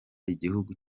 igihugu